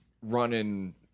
running